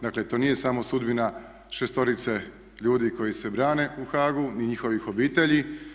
Dakle, to nije samo sudbina šestorice ljudi koji se brane u Haagu ni njihovih obitelji.